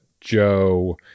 Joe